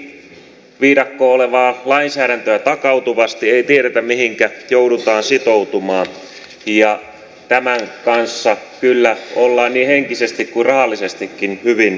tulee tukiviidakkoa olevaa lainsäädäntöä takautuvasti ei tiedetä mihinkä joudutaan sitoutumaan ja tämän kanssa kyllä ollaan niin henkisesti kuin rahallisestikin hyvin lujilla